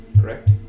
Correct